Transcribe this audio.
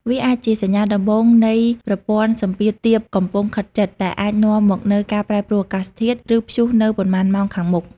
វាអាចជាសញ្ញាដំបូងនៃប្រព័ន្ធសម្ពាធទាបកំពុងខិតជិត ដែលអាចនាំមកនូវការប្រែប្រួលអាកាសធាតុ ឬព្យុះនៅប៉ុន្មានម៉ោងខាងមុខ។